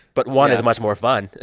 but one is much more fun.